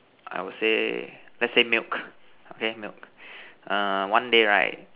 I would say let's say milk okay milk one day right